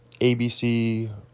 ABC